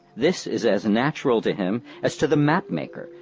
this is as natural to him as to the mapmaker,